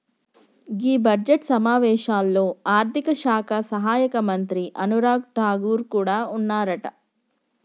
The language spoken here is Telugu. గీ బడ్జెట్ సమావేశాల్లో ఆర్థిక శాఖ సహాయక మంత్రి అనురాగ్ ఠాగూర్ కూడా ఉన్నారట